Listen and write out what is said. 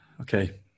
Okay